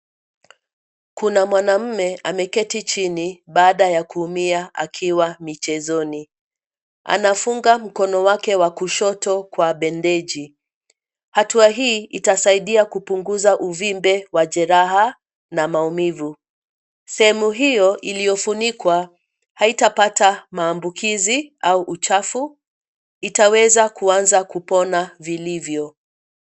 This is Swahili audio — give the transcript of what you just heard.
Kuna mwanamume ameketi chini baada ya kuumia akiwa michezoni. Anafunga mkono wake wa kushoto kwa bendeji. Hatua hii itasaidia kupunguza uvimbe wa jeraha na maumivu. Sehemu hiyo iliyofunikwa haitapata maambukizi au uchafu. Itaweza kuanza kupona vilivyo.